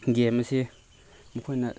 game ꯑꯁꯦ ꯃꯈꯣꯏꯅ